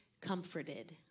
comforted